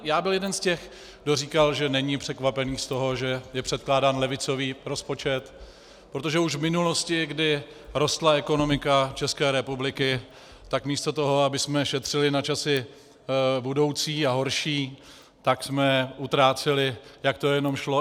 Já byl jeden z těch, kdo říkal, že není překvapen z toho, že je předkládán levicový rozpočet, protože už v minulosti, kdy rostla ekonomika České republiky, tak místo toho, abychom šetřili na časy budoucí a horší, tak jsme utráceli, jak to jenom šlo.